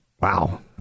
Wow